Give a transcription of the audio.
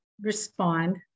respond